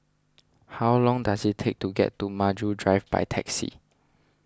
how long does it take to get to Maju Drive by taxi